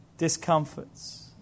discomforts